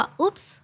oops